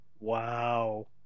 Wow